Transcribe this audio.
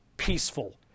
peaceful